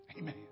Amen